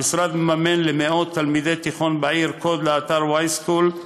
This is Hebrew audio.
המשרד מממן למאות תלמידי תיכון בעיר קוד לאתר yschool,